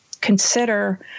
consider